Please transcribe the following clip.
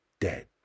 dead